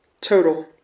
Total